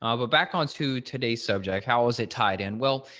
um ah back on to today's subject, how is it tied in? well,